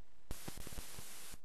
ישראל כמדינה יהודית ודמוקרטית,